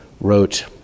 wrote